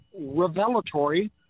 revelatory